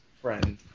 friend